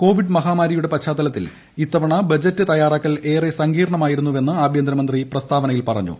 Covid മഹാമാരിയുടെ പശ്ചാത്തലത്തിൽ ഇത്തവണ ബജറ്റ് തയ്യാറാക്കൽ ഏറെ സങ്കീർണ്ണമായിരുന്നെന്ന് ആഭ്യന്തരമന്ത്രി പ്രസ്താവനയിൽ പറഞ്ഞു